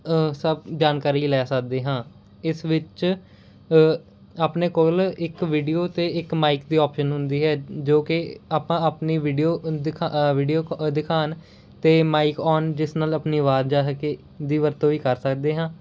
ਸਭ ਜਾਣਕਾਰੀ ਲੈ ਸਕਦੇ ਹਾਂ ਇਸ ਵਿੱਚ ਅ ਆਪਣੇ ਕੋਲ ਇੱਕ ਵੀਡੀਓ ਅਤੇ ਇੱਕ ਮਾਈਕ ਦੀ ਆਪਸ਼ਨ ਹੁੰਦੀ ਹੈ ਜੋ ਕਿ ਆਪਾਂ ਆਪਣੀ ਵੀਡੀਓ ਅ ਦਿਖਾ ਅ ਵੀਡੀਓ ਦਿਖਾਉਣ ਅਤੇ ਮਾਈਕ ਓਨ ਜਿਸ ਨਾਲ ਆਪਣੀ ਆਵਾਜ਼ ਜਾ ਸਕੇ ਦੀ ਵਰਤੋਂ ਵੀ ਕਰ ਸਕਦੇ ਹਾਂ